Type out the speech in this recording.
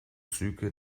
züge